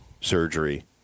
surgery